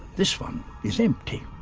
this one is empty.